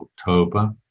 October